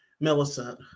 Millicent